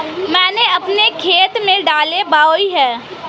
मैंने अपने खेत में दालें बोई हैं